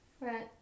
Right